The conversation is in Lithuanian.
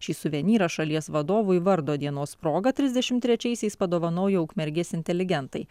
šį suvenyrą šalies vadovui vardo dienos proga trisdešimt trečiaisiais padovanojo ukmergės inteligentai